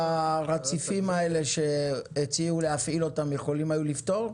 והרציפים שהציעו להפעיל אותם יכולים היו לפתור?